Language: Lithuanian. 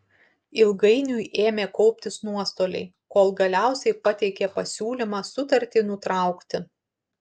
ilgainiui ėmė kauptis nuostoliai kol galiausiai pateikė pasiūlymą sutartį nutraukti